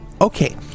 Okay